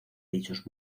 dichos